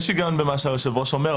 יש הגיון במה שהיושב-ראש אומר,